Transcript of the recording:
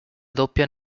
doppia